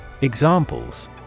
Examples